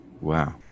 Wow